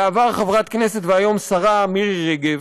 בעבר חברת הכנסת והיום השרה מירי רגב,